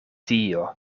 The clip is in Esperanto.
dio